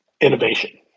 innovation